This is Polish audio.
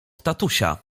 tatusia